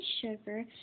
sugar